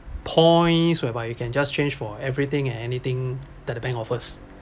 points whereby you can just change for everything and anything that the bank offers